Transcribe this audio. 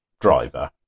driver